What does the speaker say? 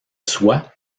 soi